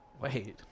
Wait